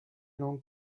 langue